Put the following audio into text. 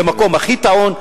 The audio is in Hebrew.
זה המקום הכי טעון,